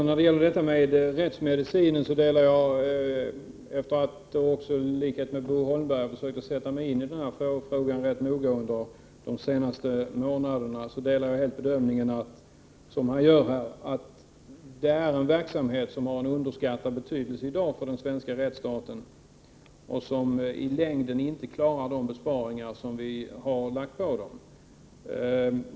När det gäller rättsmedicinen delar jag, efter att i likhet med Bo Holmberg ha försökt att sätta mig in i denna fråga rätt noga under de senaste månaderna, bedömningen att detta är en verksamhet som har en i dag underskattad betydelse för den svenska rättsstaten och som i längden inte klarar de besparingar som har lagts på den.